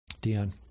Dion